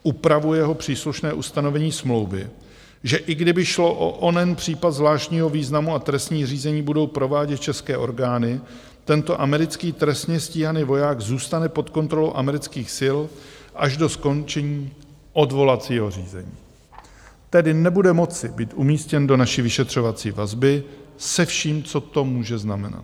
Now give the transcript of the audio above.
Upravuje ho příslušné ustanovení smlouvy, že i kdyby šlo o onen případ zvláštního významu a trestní řízení budou provádět české orgány, tento americký trestně stíhaný voják zůstane pod kontrolou amerických sil až do skončení odvolacího řízení, tedy nebude moci být umístěn do naší vyšetřovací vazby se vším, co to může znamenat.